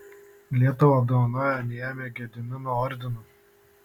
lietuva apdovanojo niemį gedimino ordinu